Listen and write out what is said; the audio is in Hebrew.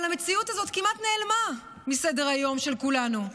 אבל המציאות הזאת כמעט נעלמה מסדר-היום של כולנו,